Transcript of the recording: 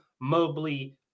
Mobley